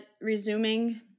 resuming